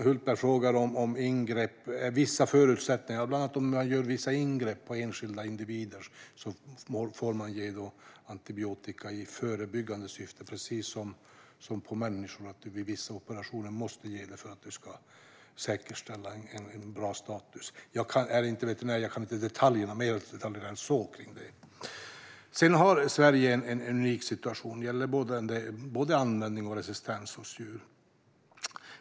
Hultberg frågar om det här med vissa förutsättningar, och det handlar bland annat om att om man gör vissa ingrepp på enskilda individer får man ge antibiotika i förebyggande syfte, precis som på människor då man vid vissa operationer måste ge det för att säkerställa en bra status. Jag är inte veterinär och kan inte mer detaljer än så när det gäller detta. Sverige har en unik situation när det gäller både användning och resistens hos djur.